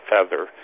Feather